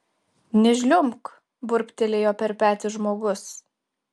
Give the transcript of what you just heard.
nežliumbk burbtelėjo per petį žmogus